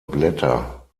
blätter